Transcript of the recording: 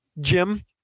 Jim